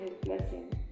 blessing